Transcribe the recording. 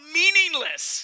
meaningless